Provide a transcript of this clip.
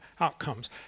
outcomes